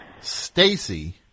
Stacy